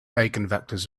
eigenvectors